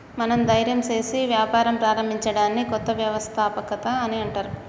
మనం ధైర్యం సేసి వ్యాపారం ప్రారంభించడాన్ని కొత్త వ్యవస్థాపకత అని అంటర్